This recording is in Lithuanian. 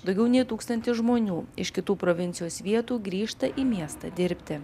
daugiau nei tūkstantis žmonių iš kitų provincijos vietų grįžta į miestą dirbti